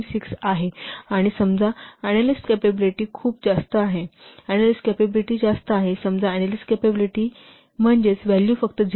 6 आहे आणि समजा अनॅलिस्ट कॅपॅबिलिटी खूप जास्त आहे अनॅलिस्ट कॅपॅबिलिटी जास्त आहे समजा अनॅलिस्ट कॅपॅबिलिटी जास्त आहे म्हणजेचव्हॅल्यू फक्त 0